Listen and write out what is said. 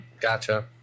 Gotcha